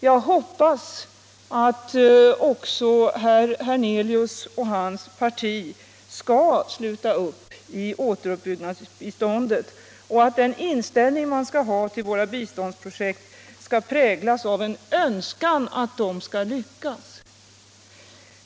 Jag hoppas att också herr Hernelius och hans parti skall sluta upp kring återuppbyggnadsbiståndet och att den inställning man skall ha till våra biståndsprojekt skall präglas av en önskan att de skall lyckas.